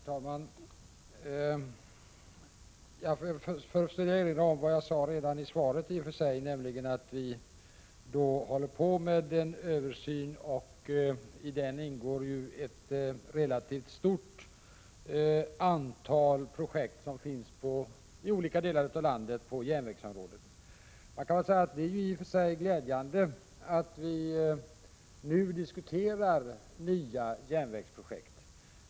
Herr talman! Jag vill först erinra om vad jag sade redan i svaret, nämligen att vi håller på med en översyn och i den ingår ett relativt stort antal projekt i olika delar av landet på järnvägsområdet. Det är i och för sig glädjande att vi nu diskuterar nya järnvägsprojekt.